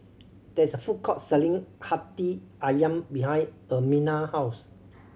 there is a food court selling Hati Ayam behind Ermina house